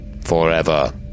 forever